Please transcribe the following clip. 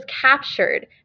captured